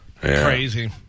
Crazy